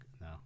no